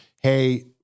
hey